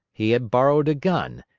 he had borrowed a gun,